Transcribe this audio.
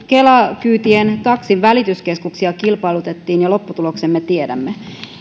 kela kyytien välityskeskuksia ja lopputuloksen me tiedämme